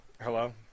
Hello